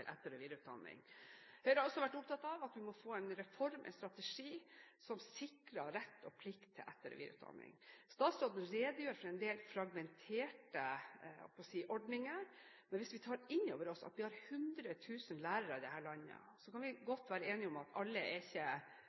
etter- og videreutdanning. Høyre har også vært opptatt av at vi må få en reform – en strategi – som sikrer rett og plikt til etter- og videreutdanning. Statsråden redegjør for en del fragmenterte ordninger. Men hvis vi tar inn over oss at vi har 100 000 lærere her i landet, så kan vi være enige om at ikke alle er like gamle i gamet. Noen er nyutdannet og trenger kanskje ikke